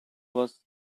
was